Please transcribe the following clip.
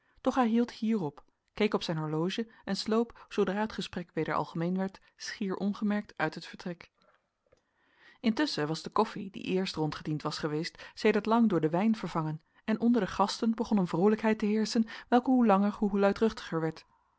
doch hij hield hier op keek op zijn horloge en sloop zoodra het gesprek weder algemeen werd schier onopgemerkt uit het vertrek intusschen was de koffie die eerst rondgediend was geweest sedert lang door den wijn vervangen en onder de gasten begon een vroolijkheid te heerschen welke hoe langer hoe luidruchtiger werd